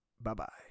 Bye-bye